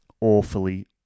awfully